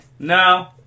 No